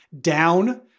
down